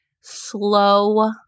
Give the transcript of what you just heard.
slow